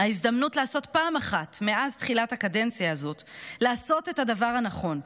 ההזדמנות לעשות פעם אחת מאז תחילת הקדנציה הזאת את הדבר הנכון,